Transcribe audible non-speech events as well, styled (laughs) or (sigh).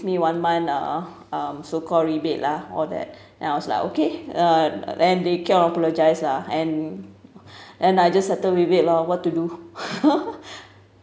me one month uh um so call rebate lah all that then I was like okay uh then they keep on apologise lah and and I just settled with it lah what to do (laughs)